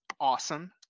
awesome